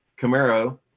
Camaro